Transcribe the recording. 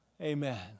Amen